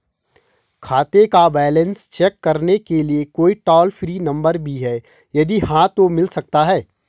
खाते का balance check करने के लिए कोई टॉल फ्री नम्बर भी है यदि हाँ तो मिल सकता है?